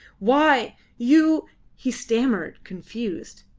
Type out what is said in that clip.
why! you he stammered, confused.